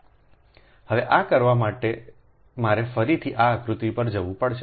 હવે આ કરવા માટે મારે ફરીથી આ આકૃતિ પર જવું પડશે